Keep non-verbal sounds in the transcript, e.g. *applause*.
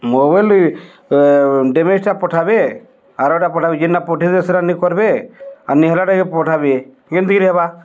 mobile ଡେମେଜଟା ପଠାଇବେ ଆରଟା ପଠାଇବେ ଯେଉଁଟା ପଠେଇବେେ ସେଇଟା *unintelligible* ପଠାଇବେ କେମିତି ହେବ